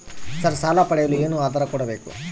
Sir ಸಾಲ ಪಡೆಯಲು ಏನು ಆಧಾರ ಕೋಡಬೇಕು?